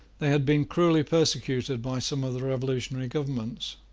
they had been cruelly persecuted by some of the revolutionary governments.